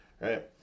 right